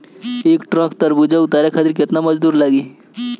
एक ट्रक तरबूजा उतारे खातीर कितना मजदुर लागी?